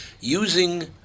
using